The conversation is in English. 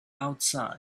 outside